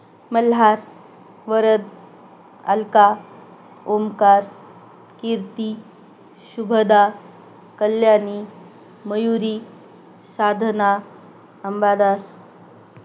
Malhar Varad Alka Omkar Kirti Shubhada Kalyani Mayuri Sadhana Ambadas